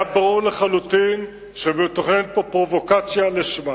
היה ברור לחלוטין שמתוכננת פה פרובוקציה לשמה.